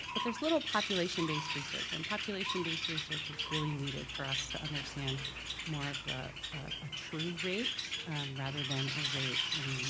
but there's little population based research and population based research is really need for us to understand more of the ah true rate rather than a rate in